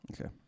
Okay